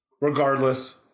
Regardless